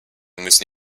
müssen